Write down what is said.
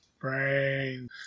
Brains